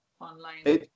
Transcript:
online